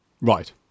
right